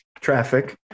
traffic